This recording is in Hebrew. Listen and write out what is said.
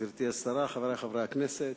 גברתי היושבת-ראש, גברתי השרה, חברי חברי הכנסת,